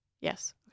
Yes